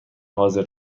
حاضر